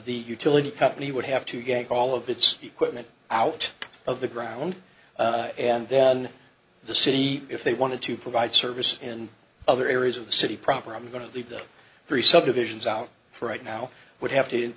the utility company would have to get all of its equipment out of the ground and then the city if they wanted to provide service in other areas of the city proper i'm going to leave them free subdivisions out for right now would have to